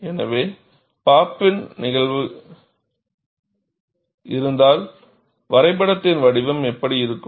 எனவே பாப் இன் நிகழ்வுகள் இருந்தால் வரைபடத்தின் வடிவம் இப்படி இருக்கும்